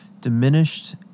diminished